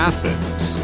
Athens